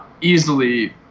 easily